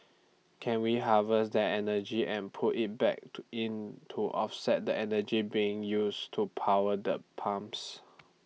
can we harvest that energy and put IT back to in to offset the energy being used to power the pumps